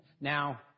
Now